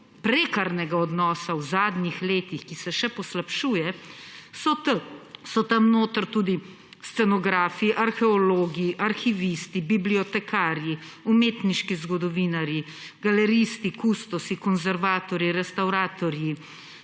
prekarnega odnosa v zadnjih letih, ki se še poslabšuje, so tam notri tudi scenografi, arheologi, arhivisti, bibliotekarji, umetniški zgodovinarji, galeristi, kustosi, konservatorji, restavratorji,